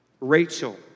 Rachel